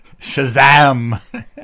Shazam